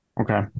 okay